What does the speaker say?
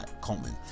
Coleman